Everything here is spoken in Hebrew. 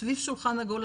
אתה יושב סביב שולחן עגול,